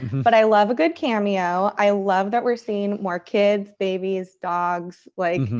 but i love a good cameo. i love that we're seeing more kids, babies, dogs. like,